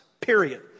period